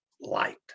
light